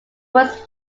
was